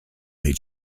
they